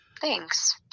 thanks